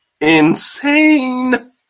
insane